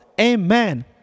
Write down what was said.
Amen